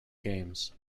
games